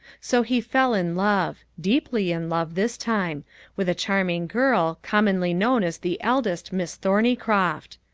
so he fell in love deeply in love this time with a charming girl, commonly known as the eldest miss thorneycroft.